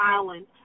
island